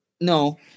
No